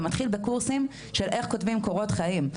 בקורסים שמלמדים לכתוב קורות חיים,